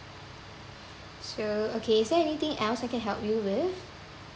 so okay is there anything else I can help you with